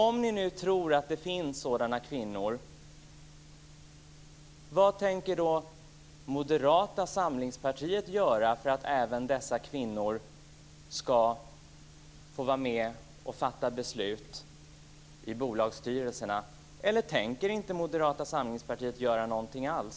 Om ni nu tror att det finns sådana kvinnor, vad tänker Moderata samlingspartiet göra för att även dessa kvinnor ska få vara med och fatta beslut i bolagsstyrelserna? Eller tänker inte Moderata samlingspartiet göra någonting alls?